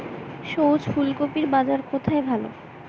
সবুজ ফুলকপির বাজার কোথায় ভালো?